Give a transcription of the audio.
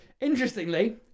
interestingly